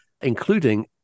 including